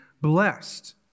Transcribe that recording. blessed